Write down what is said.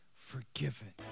forgiven